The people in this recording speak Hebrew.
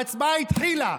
ההצבעה התחילה,